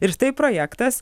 ir štai projektas